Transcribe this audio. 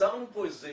יצרנו פה איזה